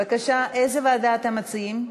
בבקשה, איזו ועדה אתם מציעים?